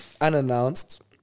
unannounced